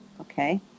okay